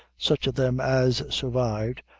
such of them as survived,